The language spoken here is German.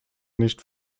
nicht